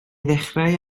ddechrau